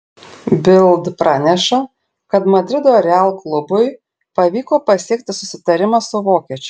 bild praneša kad madrido real klubui pavyko pasiekti susitarimą su vokiečiu